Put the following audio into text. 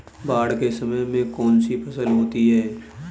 बाढ़ के समय में कौन सी फसल होती है?